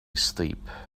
steep